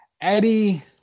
Eddie